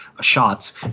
shots